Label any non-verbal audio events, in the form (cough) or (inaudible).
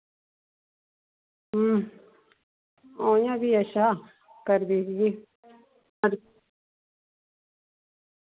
आयां फ्ही अच्छा करी देगी (unintelligible)